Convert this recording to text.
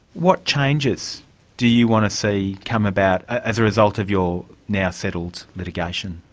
what changes do you want to see come about as a result of your now settled litigation?